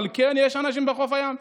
אבל כן יש אנשים בחוף הים,